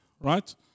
Right